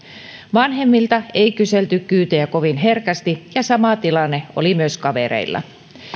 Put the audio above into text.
vanhemmilta ei kyselty kyytejä kovin herkästi ja sama tilanne oli myös kavereilla